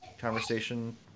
conversation